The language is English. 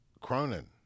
Cronin